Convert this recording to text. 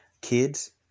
kids